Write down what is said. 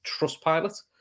Trustpilot